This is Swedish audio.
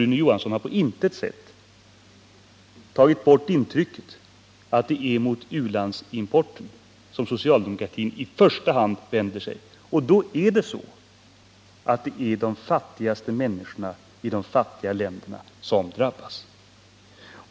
Rune Johansson har på intet sätt tagit bort intrycket att det är mot u-landsimporten som socialdemokratin i första hand vänder sig. Det blir då de fattigaste människorna i de fattigaste länderna som drabbas.